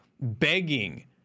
begging